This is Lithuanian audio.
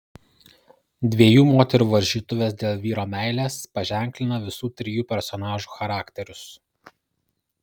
dviejų moterų varžytuvės dėl vyro meilės paženklina visų trijų personažų charakterius